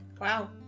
Wow